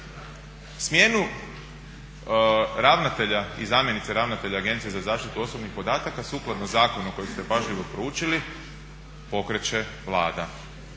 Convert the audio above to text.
smjenu ravnatelja i zamjenice ravnatelja Agencije za zaštitu osobnih podataka sukladno zakonu kojeg ste pažljivo proučili, pokreće Vlada.